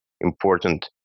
important